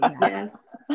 Yes